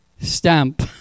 stamp